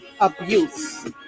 abuse